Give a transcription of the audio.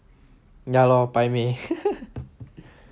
ya lor 摆美